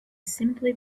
simply